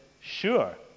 Sure